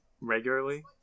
regularly